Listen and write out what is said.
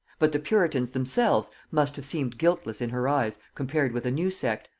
but the puritans themselves must have seemed guiltless in her eyes compared with a new sect,